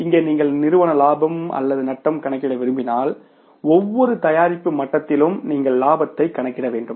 இங்கே நீங்கள் நிறுவன லாபம் அல்லது நட்டம் கணக்கிட விரும்பினால் ஒவ்வொரு தயாரிப்பு மட்டத்திலும் நீங்கள் லாபத்தை கணக்கிட வேண்டும்